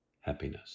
happiness